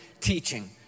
teaching